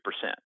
percent